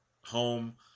home